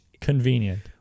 convenient